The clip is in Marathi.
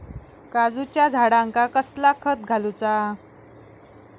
काजूच्या झाडांका कसला खत घालूचा?